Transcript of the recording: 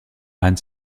han